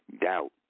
Doubt